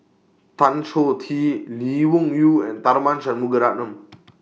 Tan Choh Tee Lee Wung Yew and Tharman Shanmugaratnam